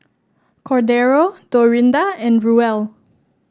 Cordero Dorinda and Ruel